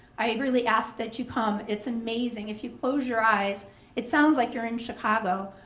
i really ask that you come. it's amazing, if you close your eyes it sounds like you're in chicago.